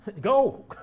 Go